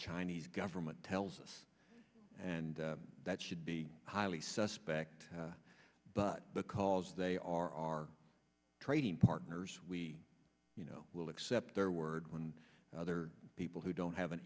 chinese government tells us and that should be highly suspect but because they are our trading partners we you know will accept their word when other people who don't have an